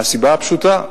מהסיבה הפשוטה: